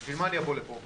אז בשביל מה אני אבוא לפה?